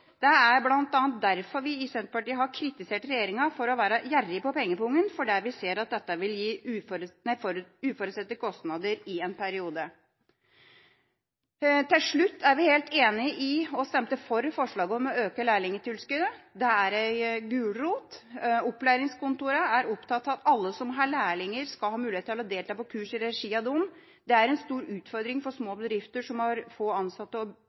Det er bl.a. derfor vi i Senterpartiet har kritisert regjeringa for å være gjerrig på pengepungen, for vi ser at dette vil gi uforutsette kostnader i en periode. Til slutt: Vi er helt enig i og stemte for forslaget om å øke lærlingtilskuddet. Det er en gulrot. Opplæringskontoret er opptatt av at alle som har lærlinger, skal ha mulighet til å delta på kurs i regi av dem. Det er en stor utfordring for små bedrifter som har få ansatte,